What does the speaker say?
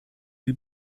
die